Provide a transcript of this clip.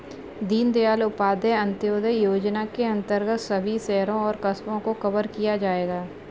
दीनदयाल उपाध्याय अंत्योदय योजना के अंतर्गत सभी शहरों और कस्बों को कवर किया जाएगा